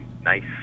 nice